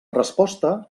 resposta